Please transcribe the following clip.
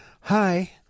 Hi